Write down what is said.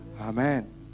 Amen